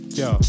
yo